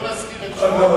לא נזכיר את שמו,